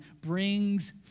brings